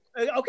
Okay